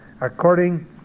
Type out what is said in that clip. according